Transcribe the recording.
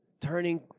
turning